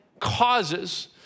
causes